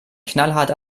knallhart